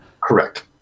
Correct